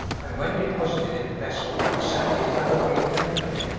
and, when deposited in the vessel, the sand is dug away from under them,